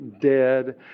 dead